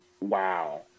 Wow